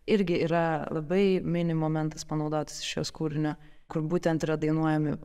irgi yra labai mini momentas panaudotas iš jos kūrinio kur būtent yra dainuojami